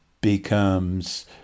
becomes